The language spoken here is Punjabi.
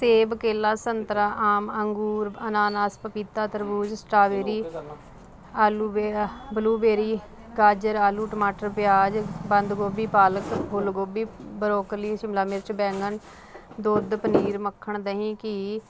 ਸੇਬ ਕੇਲਾ ਸੰਤਰਾ ਆਮ ਅੰਗੂਰ ਅਨਾਨਾਸ ਪਪੀਤਾ ਤਰਬੂਜ ਸਟਾਵੇਰੀ ਆਲੂਵੇਰਾ ਬਲੂਬੇਰੀ ਗਾਜਰ ਆਲੂ ਟਮਾਟਰ ਪਿਆਜ਼ ਬੰਦ ਗੋਭੀ ਪਾਲਕ ਫੁੱਲ ਗੋਭੀ ਬਰੋਕਲੀ ਸ਼ਿਮਲਾ ਮਿਰਚ ਬੈਂਗਨ ਦੁੱਧ ਪਨੀਰ ਮੱਖਣ ਦਹੀ ਘੀ